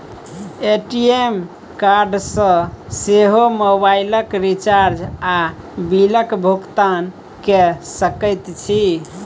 ATM card सँ सेहो मोबाइलक रिचार्ज आ बिलक भुगतान कए सकैत छी